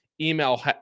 email